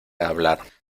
hablar